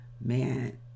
Man